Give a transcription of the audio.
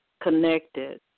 Connected